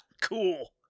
Cool